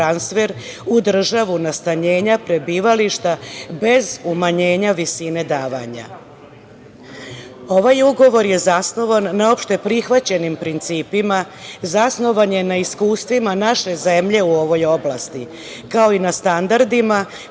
ugovor je zasnovan na opšte prihvaćenim principima. Zasnovan je na iskustvima naše zemlje u ovoj oblasti, kao i na standardima koje predviđa